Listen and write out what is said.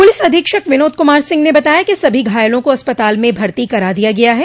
police अधीक्षक विनोद कुमार सिंह ने बताया कि सभी घायलों को अस्पताल में भर्ती करा दिया गया है